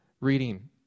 reading